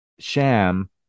sham